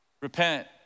Repent